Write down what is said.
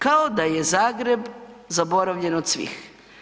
Kao da je Zagreb zaboravljen od svih.